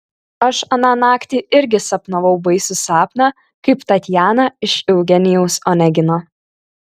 aš aną naktį irgi sapnavau baisų sapną kaip tatjana iš eugenijaus onegino